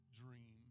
dream